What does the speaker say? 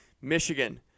Michigan